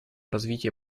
развития